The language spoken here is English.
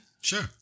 Sure